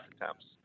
attempts